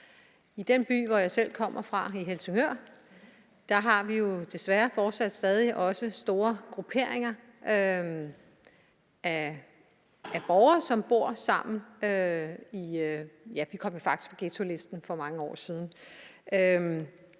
I den by, hvor jeg selv kommer fra i Helsingør Kommune, har vi jo desværre stadig også store grupperinger af borgere, som bor sammen – ja, vi kom jo faktisk på ghettolisten for mange år siden.